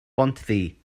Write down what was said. bontddu